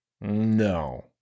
No